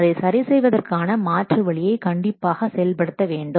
அதை சரி செய்வதற்கான மாற்று வழியை கண்டிப்பாக செயல்படுத்த வேண்டும்